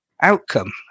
outcome